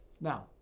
Now